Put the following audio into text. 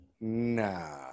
nah